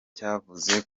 cyavuze